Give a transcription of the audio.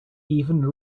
even